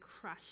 crush